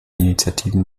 initiativen